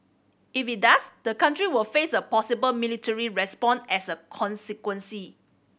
if it does the country will face a possible military response as a consequence